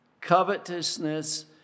Covetousness